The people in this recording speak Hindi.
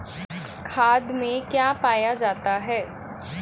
खाद में क्या पाया जाता है?